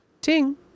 Ting